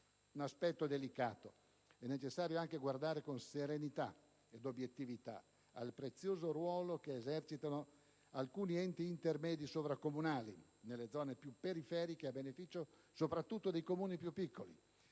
un aspetto delicato: è necessario anche guardare con serenità ed obiettività al prezioso ruolo che esercitano alcuni enti intermedi sovracomunali nelle zone più periferiche, a beneficio soprattutto dei Comuni più piccoli.